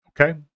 Okay